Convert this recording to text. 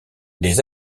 les